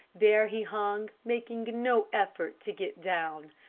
there he hung, making no effort to get down.